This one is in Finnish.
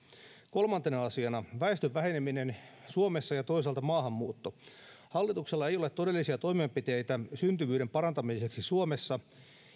kolmantena asiana väestön väheneminen suomessa ja toisaalta maahanmuutto hallituksella ei ole todellisia toimenpiteitä syntyvyyden parantamiseksi suomessa